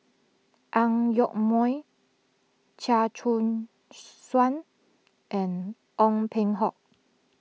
Ang Yoke Mooi Chia Choo Suan and Ong Peng Hock